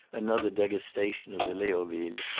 another degustation of the leoville,